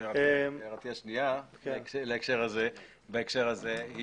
הערה שנייה בהקשר הזה.